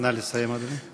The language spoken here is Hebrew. נא לסיים, אדוני.